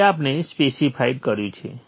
જે આપણે સ્પેસિફાઇડ કર્યું છે